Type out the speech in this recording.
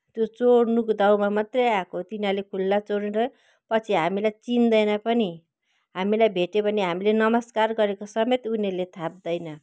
तो चोर्नुको दाउमा मात्रै आएको तिनीहरूले खुल्ला चोरेर पछि हामीलाई चिन्दैन पनि हामीलाई भेटे भने हामीले नमस्कार गरेको समेत उनीहरूले थाप्दैन